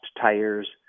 tires